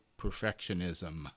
perfectionism